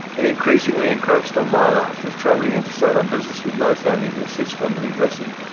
it increasingly encroached on my life. if travelling interstate on business with no family to assist on re-dressing,